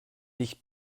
dicht